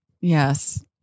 Yes